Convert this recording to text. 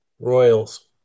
Royals